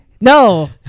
No